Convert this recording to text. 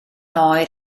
oer